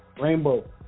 Rainbow